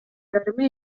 жарымы